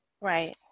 right